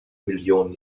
millionen